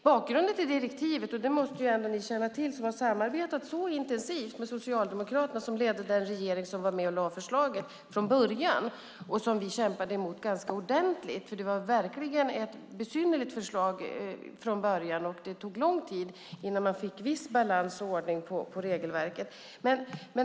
Ni måste känna till bakgrunden till direktivet eftersom ni samarbetade intensivt med Socialdemokraterna som ledde den regering som lade fram förslaget från början. Det kämpade vi emot ganska ordentligt, för det var ett besynnerligt förslag. Det tog lång tid innan man fick viss balans och ordning på regelverket.